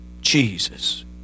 Jesus